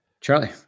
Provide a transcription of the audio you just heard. Charlie